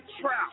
trout